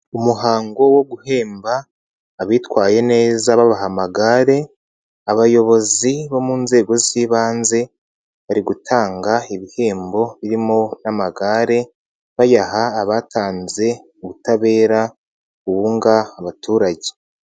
Umuhango wo guhemba abitwaye neza babaha amagare, abayobozi bo mu nzego z'ibanze bari gutanga ibihembo birimo n'amagare, bayaha abatanze ubutabera bubunga abaturage.